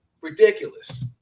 Ridiculous